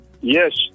yes